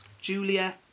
Julia